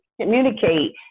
communicate